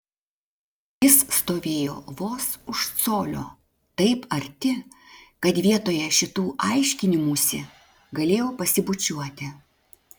jis stovėjo vos už colio taip arti kad vietoje šitų aiškinimųsi galėjo pasibučiuoti